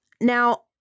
Now